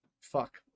fuck